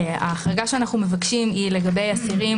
ההחרגה שאנחנו מבקשים היא לגבי אסירים